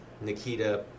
Nikita